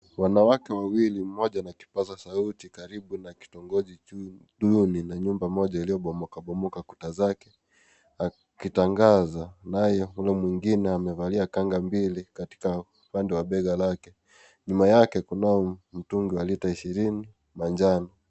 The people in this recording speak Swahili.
Wanawake wawili moja na kipaza sauti karibu na kitongoji duni na nyumba moja iliyobomoka bomoka kuta zake akitangaza naye yule mwingine amevalia kanga mbili katika upande wa bega lake. Nyuma yake kunaye mtungi ya lita ishirini la njano.